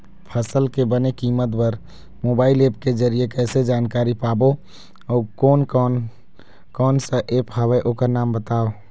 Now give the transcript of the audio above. फसल के बने कीमत बर मोबाइल ऐप के जरिए कैसे जानकारी पाबो अउ कोन कौन कोन सा ऐप हवे ओकर नाम बताव?